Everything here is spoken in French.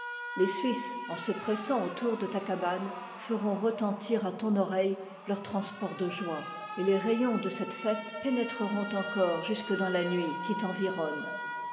les suisses en se pressant autour de ta cabane feront retentir à ton oreille leurs transports de joie et les rayons de cette fête pénétreront encore jusque dans la nuit quf t'environne